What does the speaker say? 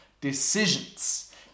decisions